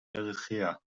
eritrea